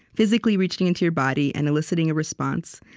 physically reaching into your body and eliciting a response.